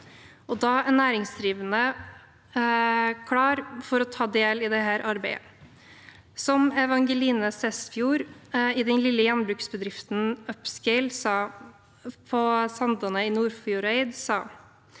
og de næringsdrivende er klare til å ta del i det arbeidet. Som Evangeline Sessford i den lille gjenbruksbedriften Upscale på Sandane i Nordfjordeid sa: